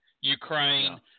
Ukraine